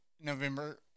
November